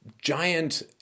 giant